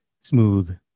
smooth